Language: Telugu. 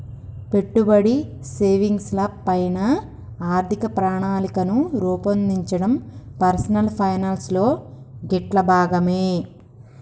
పెట్టుబడి, సేవింగ్స్ ల పైన ఆర్థిక ప్రణాళికను రూపొందించడం పర్సనల్ ఫైనాన్స్ లో గిట్లా భాగమే